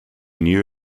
knew